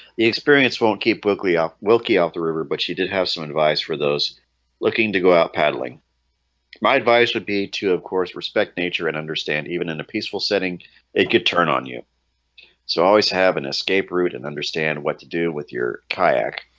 the experience won't keep book lea wilkie out the river, but she did have some advice for those looking to go out paddling my advice would be to of course respect nature and understand even in a peaceful setting it could turn on you so i always have an escape route and understand what to do with your kayak